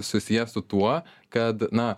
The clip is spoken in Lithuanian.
susijęs su tuo kad na